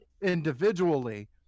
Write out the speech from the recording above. individually